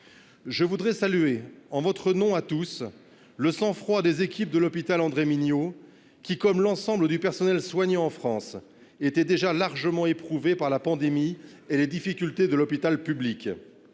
Je voudrais saluer en votre nom à tous, le sang froid des équipes de l'hôpital André Mignot qui comme l'ensemble du personnel soignant en France était déjà largement éprouvée par la pandémie et les difficultés de l'hôpital public.